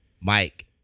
Mike